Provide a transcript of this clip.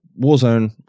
Warzone